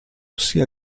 sia